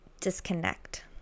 disconnect